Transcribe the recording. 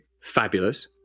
fabulous